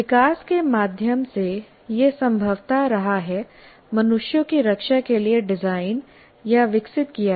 विकास के माध्यम से यह संभवतः रहा है मनुष्यों की रक्षा के लिए डिज़ाइन या विकसित किया गया